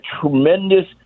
tremendous